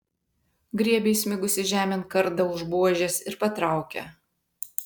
griebia įsmigusį žemėn kardą už buožės ir patraukia